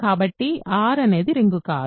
కాబట్టి R అనేది ring కాదు